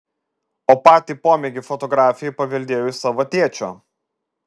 o patį pomėgį fotografijai paveldėjau iš savo tėčio